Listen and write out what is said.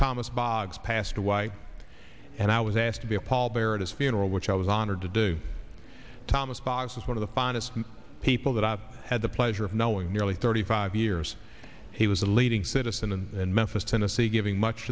thomas bogs passed a y and i was asked to be a pall bearer it is funeral which i was honored to do thomas fox is one of the finest people that i've had the pleasure of knowing nearly thirty five years he was a leading citizen and memphis tennessee giving much